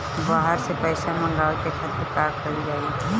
बाहर से पइसा मंगावे के खातिर का कइल जाइ?